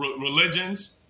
religions